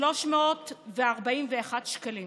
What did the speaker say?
5,341 שקלים.